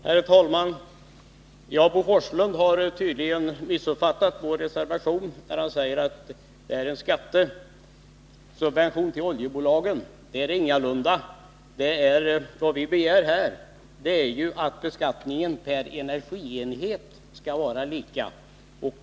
Herr talman! Bo Forslund har tydligen missuppfattat vår reservation, eftersom han säger att den innebär en skattesubvention till oljebolagen. Så är ingalunda fallet. Vad vi begär är att beskattningen per energienhet skall vara lika.